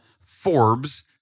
Forbes